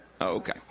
Okay